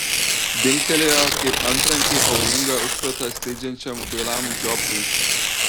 dingtelėjo kaip antrankiai pavojingą užkratą skleidžiančiam kvailam žiopliui